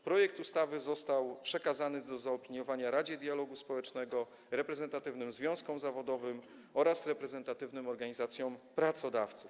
Projekt ustawy został przekazany do zaopiniowania Radzie Dialogu Społecznego, reprezentatywnym związkom zawodowym oraz reprezentatywnym organizacjom pracodawców.